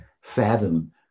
fathom